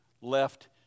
left